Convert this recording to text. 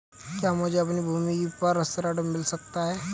क्या मुझे अपनी भूमि पर ऋण मिल सकता है?